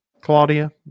Claudia